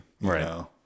right